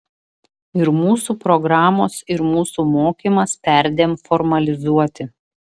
ir mūsų programos ir mūsų mokymas perdėm formalizuoti